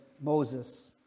Moses